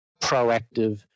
proactive